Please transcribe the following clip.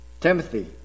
Timothy